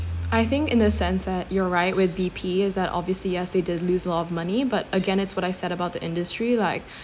I think in a sense that you're right with B_P is that obviously yes they did lose a lot of money but again it's what I said about the industry like